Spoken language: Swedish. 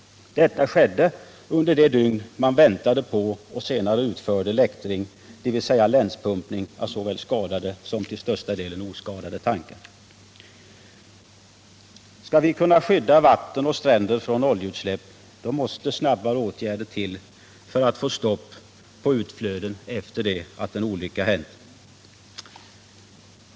Detta skedde under de dygn man väntade på och senare utförde läktring, dvs. länspumpning av såväl skadade som till största delen oskadade tankar. Skall vi kunna skydda vatten och stränder från oljeutsläpp måste snabbare åtgärder till för att få stopp på utflöden efter det att en olycka hänt.